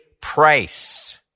price